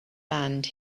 land